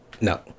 No